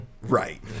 right